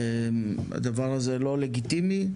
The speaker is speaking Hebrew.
והדבר הזה לא לגיטימי,